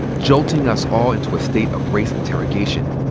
jolting us all into a state of race interrogation.